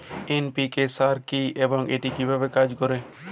NPK সার কি এবং এটি কিভাবে কাজ করে?